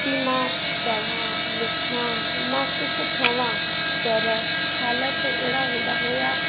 कि मां पढ़ां लिखां मां कुझु ठहां पर हालति अहिड़ा हूंदा हुया